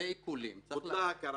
בוטלה ההכרה.